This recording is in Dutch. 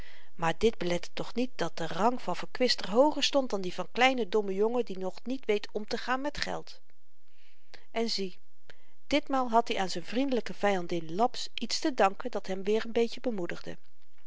maar dit belette toch niet dat de rang van verkwister hooger stond dan die van kleinen dommen jongen die nog niet weet omtegaan met geld en zie ditmaal had i aan z'n vriendelyke vyandin laps iets te danken dat hem weer n beetje bemoedigde